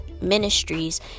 ministries